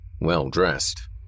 Well-dressed